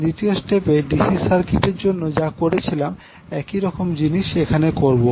দ্বিতীয় স্টেপ এ DC circuit এর জন্য যা করেছিলাম একই রকম জিনিস এখানে করবো